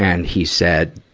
and he said,